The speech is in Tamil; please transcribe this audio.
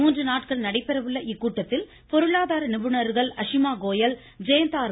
மூன்று நாட்கள் நடைபெற உள்ள இக்கூட்டத்தில் பொருளாதார நிபுணர்கள் அஷிமா கோயல் ஜெயந்த் ஆர்